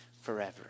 forever